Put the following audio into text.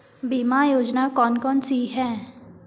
बीमा योजना कौन कौनसी हैं?